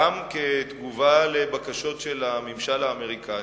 גם כתגובה על בקשות של הממשל האמריקני,